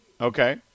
Okay